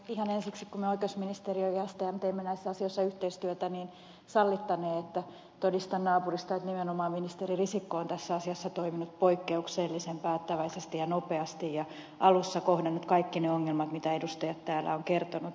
ihan ensiksi kun me oikeusministeriö ja stm teemme näissä asioissa yhteistyötä sallittaneen että todistan naapurista että nimenomaan ministeri risikko on tässä asiassa toiminut poikkeuksellisen päättäväisesti ja nopeasti ja alussa kohdannut kaikki ne ongelmat mitä edustajat täällä ovat kertoneet